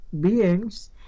beings